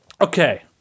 okay